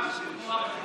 הפתעת לטובה,